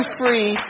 free